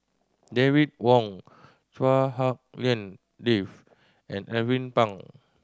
David Wong Chua Hak Lien Dave and Alvin Pang